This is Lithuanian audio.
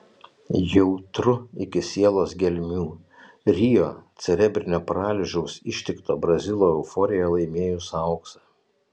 jautru iki sielos gelmių rio cerebrinio paralyžiaus ištikto brazilo euforija laimėjus auksą